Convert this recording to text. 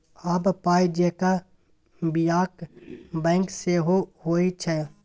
आब पाय जेंका बियाक बैंक सेहो होए छै